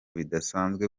bidasanzwe